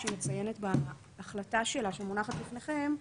שהיא מציינת בהחלטה שלה שמונחת בפניכם,